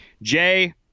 Jay